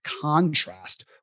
contrast